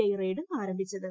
I raid ആരംഭിച്ചത്